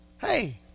hey